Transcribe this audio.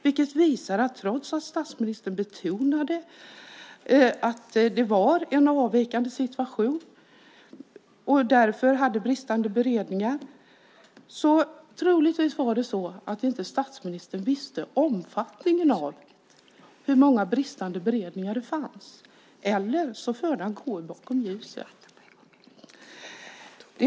Det visar att trots att statsministern betonade att det var en avvikande situation och att det därför var bristande beredningar visste statsministern troligtvis inte hur många bristande beredningar som det fanns, eller så förde han KU bakom ljuset.